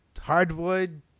hardwood